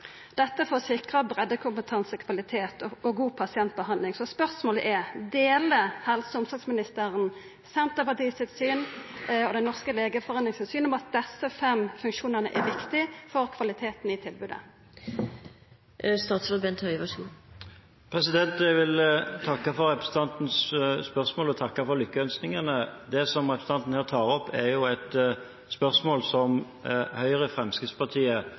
dette for å sikra breiddekompetanse, kvalitet og god pasientbehandling. Så spørsmålet er: Deler helse- og omsorgsministeren Senterpartiet sitt syn og Den norske legeforening sitt syn om at desse fem funksjonane er viktige for kvaliteten i tilbodet? Jeg vil takke for representantens spørsmål og takke for lykkønskningene. Det som representanten her tar opp, er et spørsmål som Høyre, Fremskrittspartiet,